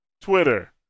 Twitter